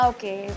Okay